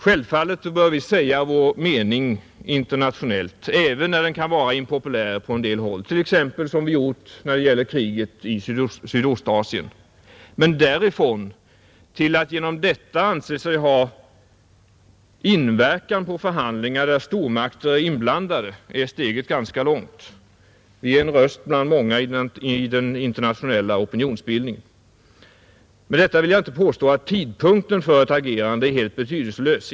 Självfallet bör vi säga vår mening internationellt — även då den kan vara impopulär på en del håll — t.ex., som vi har gjort när det gäller kriget i Sydostasien, men därifrån och till att genom detta anse sig ha inverkan på förhandlingar där stormakter är inblandade är steget ganska långt. Vi är en röst bland många i den internationella opinionsbildningen. Med detta vill jag inte påstå att tidpunkten för ett agerande är helt betydelselös.